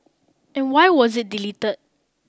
and why was it delete